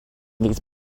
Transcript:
these